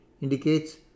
indicates